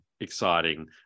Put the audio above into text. Exciting